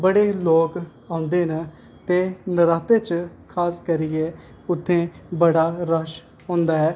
बड़े लोग औंदे न ते नरातें च खास करियै उत्थें बड़ा रश औंदा ऐ